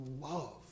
love